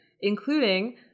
including